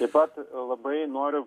taip pat labai noriu